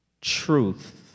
truth